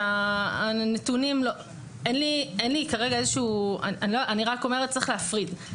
אני אומרת שצריך להפריד.